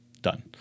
Done